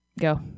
go